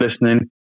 listening